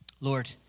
Lord